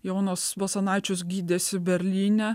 jonas basanavičius gydėsi berlyne